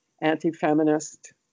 anti-feminist